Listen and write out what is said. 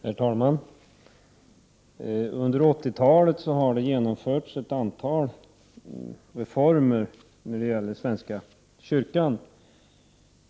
Herr talman! Under 1980-talet har det genomförts ett antal reformer när det gäller svenska kyrkan.